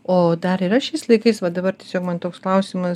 o dar yra šiais laikais va dabar tiesiog man toks klausimas